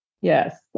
Yes